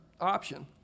option